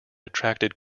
attracted